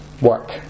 work